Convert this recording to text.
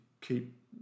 keep